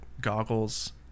goggles